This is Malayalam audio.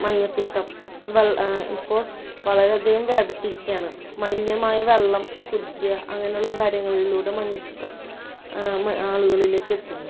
മഞ്ഞപ്പിത്തം വെൾ ഇപ്പോൾ വളരെ അധികം വ്യാപിച്ചിരിക്കുകയാണ് മലിനമായ വെള്ളം കുടിക്കുക അങ്ങനെയുള്ള കാര്യങ്ങളിലൂടെ മഞ്ഞപ്പിത്തം മ ആളുകളിലേക്കെത്തുന്നു